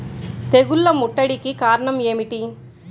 తెగుళ్ల ముట్టడికి కారణం ఏమిటి?